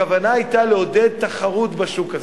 הכוונה היתה לעודד תחרות בשוק הזה.